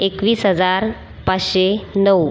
एकवीस हजार पाचशे नऊ